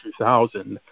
2000